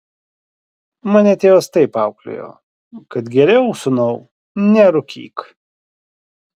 mane tėvas taip auklėjo kad geriau sūnau nerūkyk